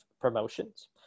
promotions